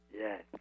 Yes